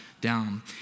down